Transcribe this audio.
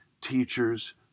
teachers